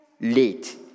late